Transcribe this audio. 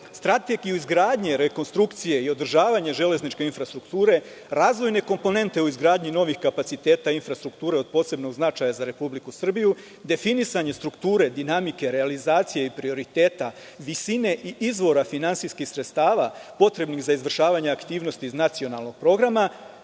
strategiju izgradnje, rekonstrukcije i održavanje železničke infrastrukture, razvojne komponente u izgradnji novih kapaciteta infrastrukture od posebnog značaja za Republiku Srbiju, definisanje strukture dinamike, realizacije i prioriteta, visine i izvora finansijskih sredstava potrebnih za izvršavanje aktivnosti iz nacionalnog programa,